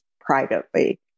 privately